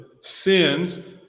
sins